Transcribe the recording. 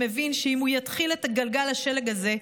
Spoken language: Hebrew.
שמבין שאם הוא יתחיל את גלגל השלג הזה,